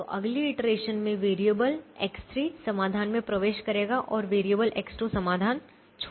तो अगली इटरेशन में वेरिएबल X3 समाधान में प्रवेश करेगा और वेरिएबल X2 समाधान छोड़ देगा